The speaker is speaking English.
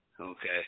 Okay